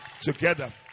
Together